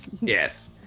Yes